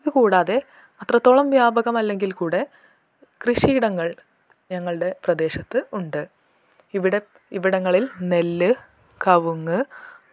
ഇത് കൂടാതെ അത്രത്തോളം വ്യാപകം അല്ലെങ്കിൽ കൂടെ കൃഷിയിടങ്ങൾ ഞങ്ങളുടെ പ്രദേശത്ത് ഉണ്ട് ഇവിടെ ഇവിടങ്ങളിൽ നെല്ല് കവുങ്ങ്